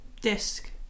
disc